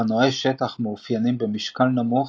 אופנועי שטח מאופיינים במשקל נמוך,